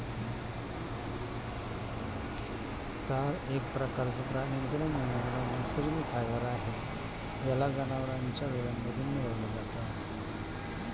तार एक प्रकारचं प्राण्यांकडून मिळणारा नैसर्गिक फायबर आहे, याला जनावरांच्या डोळ्यांमधून मिळवल जात